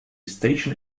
station